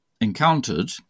encountered